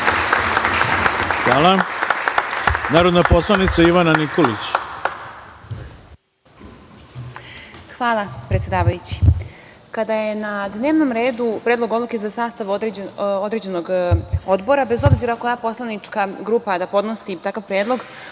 Ivana Nikolić. Izvolite. **Ivana Nikolić** Hvala, predsedavajući. Kada je na dnevnom redu Predlog odluke za sastav određenog odbora, bez obzira koja poslanička grupa da podnosi takav predlog,